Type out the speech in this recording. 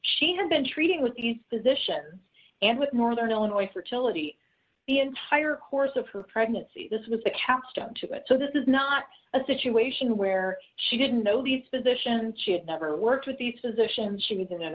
she had been treating with these physicians and with northern illinois fertility the entire course of her pregnancy this was a capstone to it so this is not a situation where she didn't know these physicians she had never worked with these physicians she was in an